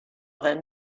then